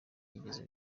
byigeze